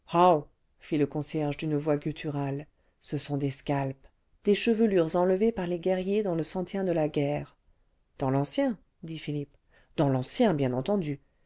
le concierge d'une voix gutturale ce sont clés scalps des chevelures enlevées par les guerriers dans le sentier de la guerre dans l'ancien dit philippe dans l'ancien bien entendu